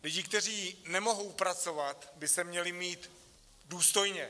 Lidi, kteří nemohou pracovat, by se měli mít důstojně.